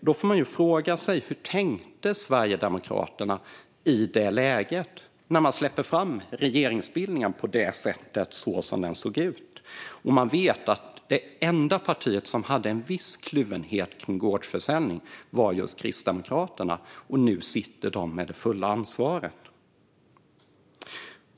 Då får man fråga sig: Hur tänkte Sverigedemokraterna när de släppte fram en regeringsbildning som såg ut på det sättet när de visste att det enda parti som har en viss kluvenhet till gårdsförsäljning är just Kristdemokraterna, som nu sitter med det fulla ansvaret?